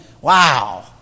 Wow